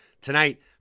tonight